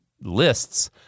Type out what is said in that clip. lists